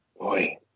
Boy